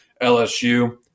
LSU